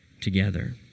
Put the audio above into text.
together